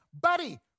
buddy